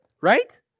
Right